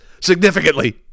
significantly